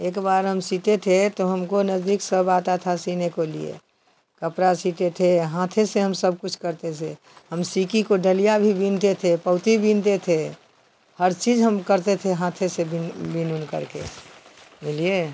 एक बार हम सीते थे तो हमको नज़दीक सब आता था सीने को लिए कपड़ा सीते थे हाथ ही से हम सब कुछ करते थे हम सीकी को डलिया भी बिनते थे पउती बिनते थे हर चीज हम करते थे हाथ ही से बिन बिन उन कर के बुझलिए